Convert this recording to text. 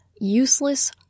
useless